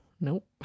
nope